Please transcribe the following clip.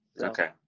okay